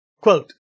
Quote